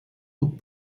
poc